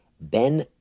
Ben